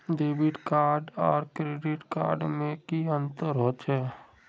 Debit card आर credit card में की अंतर होचे?